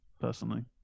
personally